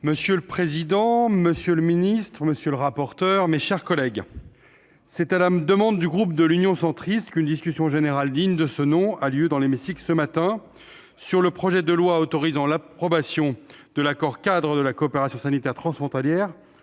Monsieur le président, monsieur le secrétaire d'État, monsieur le rapporteur, mes chers collègues, c'est à la demande du groupe Union Centriste qu'une discussion générale digne de ce nom a lieu dans l'hémicycle ce matin sur le projet de loi autorisant l'approbation des accords-cadres sur la coopération sanitaire transfrontalière